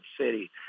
city